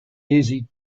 easy